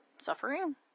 suffering